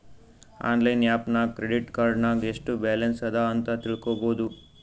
online app ನಾಗ್ credit card ನಾಗ್ ಎಸ್ಟ್ ಬ್ಯಾಲನ್ಸ್ ಅದಾ ಅಂತ್ ತಿಳ್ಕೊಬೋದು